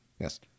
Yes